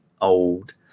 old